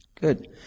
Good